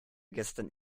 gestern